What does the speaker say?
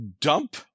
dump